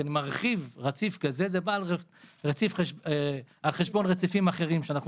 כשאני מרחיב רציף כזה זה בא על חשבון רציפים אחרים שאנחנו